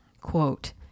quote